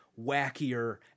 wackier